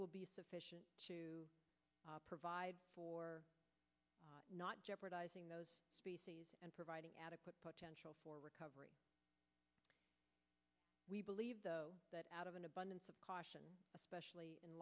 will be sufficient to provide for not jeopardizing those species and providing adequate potential for recovery we believe that out of an abundance of caution especially in